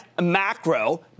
macro